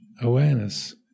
awareness